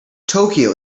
tokyo